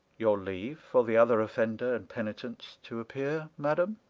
your leave for the other offender and penitent to appear, madam.